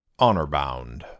Honorbound